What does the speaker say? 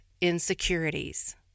insecurities